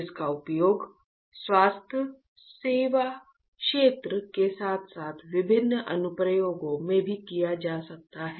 जिसका उपयोग स्वास्थ्य सेवा क्षेत्र के साथ साथ विभिन्न अनुप्रयोगों में भी किया जा सकता है